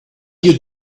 you